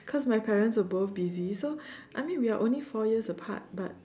cause my parents were both busy so I mean we are only four years apart but